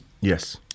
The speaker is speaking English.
Yes